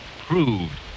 Proved